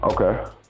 Okay